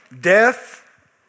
death